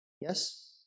Yes